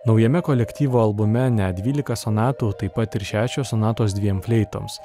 naujame kolektyvo albume net dvylika sonatų taip pat ir šešios sonatos dviem fleitoms